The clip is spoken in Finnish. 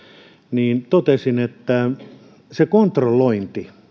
niin totesin että kaikki lääkitys